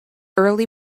early